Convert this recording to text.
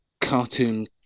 cartoon